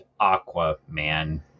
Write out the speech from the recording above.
Aquaman